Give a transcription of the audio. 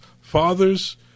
fathers